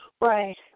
Right